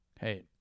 Hey